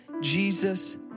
Jesus